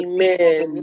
Amen